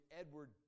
Edward